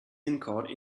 anchored